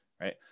Right